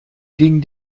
gingen